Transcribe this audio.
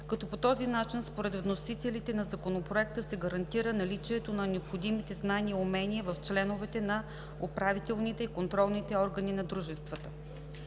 като по този начин според вносителите на Законопроекта, се гарантира наличието на необходимите знания и умения в членовете на управителните и контролните органи на дружествата.